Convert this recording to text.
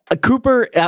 Cooper